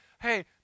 hey